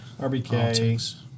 RBK